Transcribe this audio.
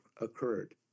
occurred